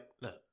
look